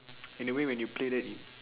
in the way when you play that you